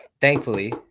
thankfully